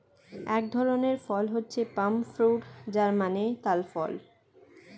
এক ধরনের ফল হচ্ছে পাম ফ্রুট যার মানে তাল ফল